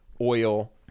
oil